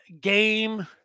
game